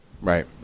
Right